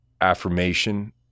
affirmation